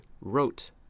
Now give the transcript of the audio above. wrote